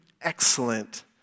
excellent